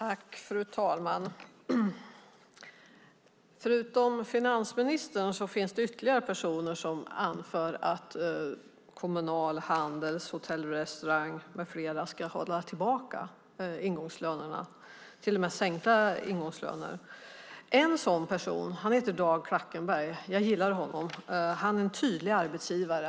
Fru talman! Förutom finansministern finns det ytterligare personer som anför att Kommunal, Handels, Hotell och Restaurang med flera ska hålla tillbaka ingångslönerna och till och med sänka dem. En sådan person är Dag Klackenberg. Jag gillar honom. Han är en tydlig arbetsgivare.